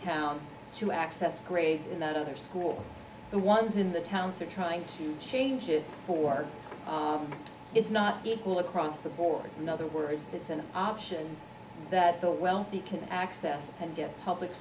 town to access the grades in that other school the ones in the towns are trying to change it for it's not equal across the board in other words it's an option that the wealthy can access and get public